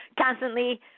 constantly